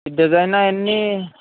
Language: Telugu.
డిజైను అన్నీ